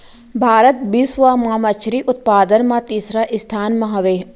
भारत बिश्व मा मच्छरी उत्पादन मा तीसरा स्थान मा हवे